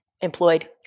employed